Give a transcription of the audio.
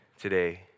today